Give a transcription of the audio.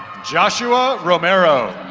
joshua romero.